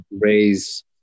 raise